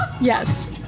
Yes